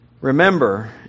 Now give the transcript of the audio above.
remember